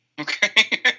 Okay